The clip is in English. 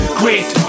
great